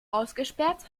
ausgesperrt